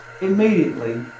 Immediately